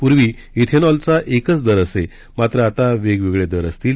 पूर्वी इथेनॉलचा एकच दर असे मात्र आता वेगवेगळे दर असतील